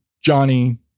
Johnny